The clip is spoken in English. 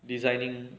designing